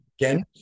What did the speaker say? again